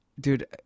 Dude